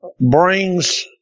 brings